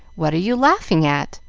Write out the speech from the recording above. what are you laughing at?